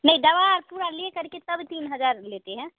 नहीं दवा और पूरा ले करके तब तीन हज़ार लेते हैं